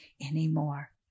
anymore